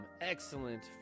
Excellent